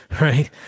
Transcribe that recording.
right